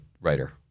writer